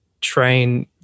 train